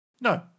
No